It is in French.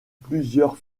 plusieurs